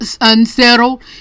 unsettled